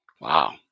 Wow